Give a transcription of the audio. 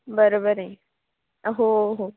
बरोबर आहे हो हो